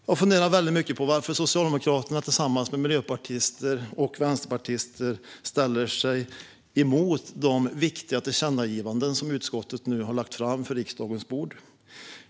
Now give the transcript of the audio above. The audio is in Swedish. Jag funderar mycket på varför Socialdemokraterna tillsammans med miljöpartister och vänsterpartister ställer sig emot de viktiga tillkännagivanden som utskottet nu har lagt på riksdagens bord.